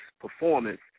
performance